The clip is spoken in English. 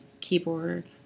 keyboard